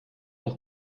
auch